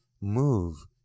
move